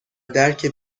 درک